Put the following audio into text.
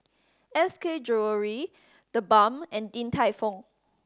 S K Jewellery TheBalm and Din Tai Fung